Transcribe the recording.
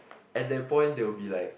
at that point they will be like